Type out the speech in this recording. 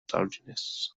tardiness